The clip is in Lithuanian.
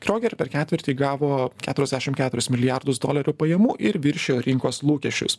krioger per ketvirtį gavo keturiasdešim keturis milijardus dolerių pajamų ir viršijo rinkos lūkesčius